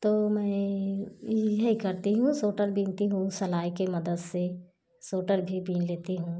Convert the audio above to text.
तो मैं ये करती हूँ स्वोटर बुनती हूँ सिलाई के मदद से स्वोटर भी बुन लेती हूँ